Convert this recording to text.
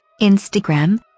Instagram